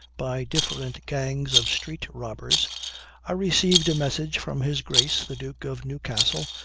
by different gangs of street-robbers, i received a message from his grace the duke of newcastle,